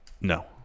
No